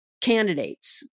candidates